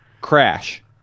Crash